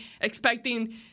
expecting